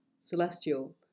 celestial